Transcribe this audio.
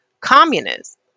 Communists